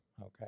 okay